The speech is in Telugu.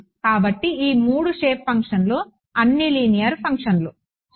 కాబట్టి ఈ 3 షేప్ ఫంక్షన్లు అన్నీ లీనియర్ ఫంక్షన్లు సరే